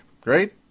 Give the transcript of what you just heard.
great